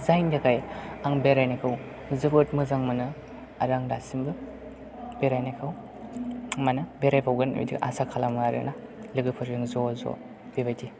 जायनि थाखाय आं बेरायनायखौ जोबोद मोजां मोनो आरो आं दासिमबो बेरायनायखौ माने बेरायबावगोन बायदि आसा खालामो आरोना लोगोफोरजों ज' ज' बेबायदि